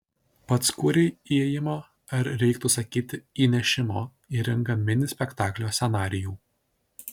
pats kūrei įėjimo ar reiktų sakyti įnešimo į ringą mini spektaklio scenarijų